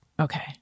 Okay